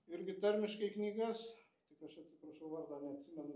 irgi tarmiškai knygas tik aš atsiprašau vardo neatsimenu